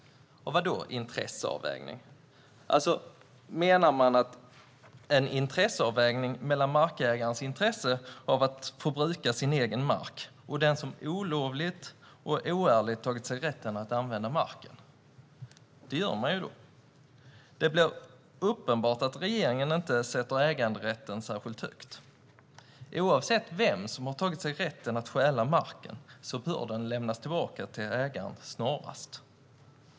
Vadå intresseavvägning? Menar man en intresseavvägning mellan markägarens intresse av att få bruka sin egen mark och den som olovligt och oärligt tagit sig rätten att använda marken? Det gör man då. Det blir uppenbart att regeringen inte sätter äganderätten särskilt högt. Oavsett vem som har tagit sig rätten att stjäla marken bör den lämnas tillbaka till ägaren snarast.